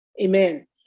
amen